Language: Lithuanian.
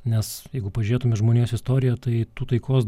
nes jeigu pažiūrėtum į žmonijos istoriją tai tų taikos